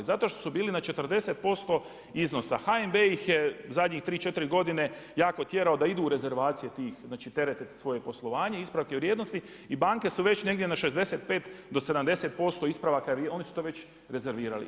Zato što su bili na 40% iznosa, HNB ih je zadnjih tri, četiri godine jako tjerao da idu u rezervacije tih terete svoje poslovanje … vrijednosti i banke su već negdje na 65 do 70% ispravaka oni su to već rezervirali.